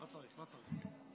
לא צריך, לא צריך.